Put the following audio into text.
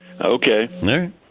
Okay